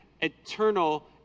eternal